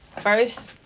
first